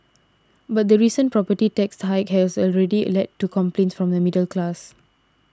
but the recent property tax hike has already led to complaints from the middle class